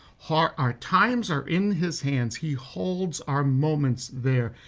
our our times are in his hands, he holds our moments there.